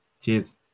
Cheers